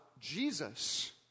Jesus